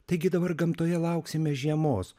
taigi dabar gamtoje lauksime žiemos